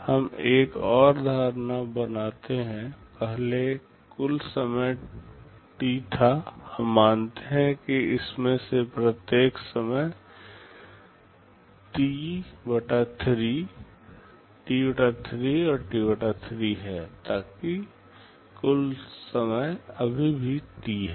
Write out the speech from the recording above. हम एक और धारणा बनाते हैं पहले कुल समय T था हम बताते हैं कि इनमें से प्रत्येक समय T 3 T 3 और T 3 है ताकि कुल समय अभी भी T है